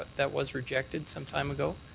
that was rejected some time ago.